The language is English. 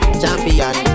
champion